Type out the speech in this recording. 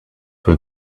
will